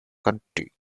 county